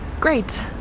Great